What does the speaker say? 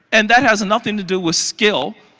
and that has nothing to do with skill.